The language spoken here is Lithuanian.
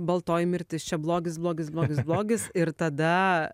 baltoji mirtis čia blogis blogis blogis blogis ir tada